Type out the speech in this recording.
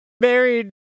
married